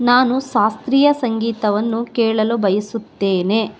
ನಾನು ಶಾಸ್ತ್ರೀಯ ಸಂಗೀತವನ್ನು ಕೇಳಲು ಬಯಸುತ್ತೇನೆ